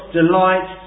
delight